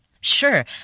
Sure